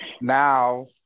now